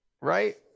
Right